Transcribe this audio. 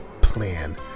plan